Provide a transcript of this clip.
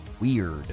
weird